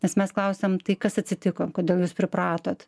nes mes klausiam tai kas atsitiko kodėl jūs pripratot